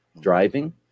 driving